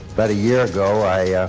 about a year ago, i ah